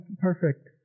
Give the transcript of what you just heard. perfect